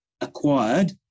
acquired